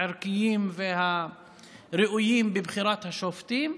הערכיות והראויות לבחירת השופטים,